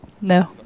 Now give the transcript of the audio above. No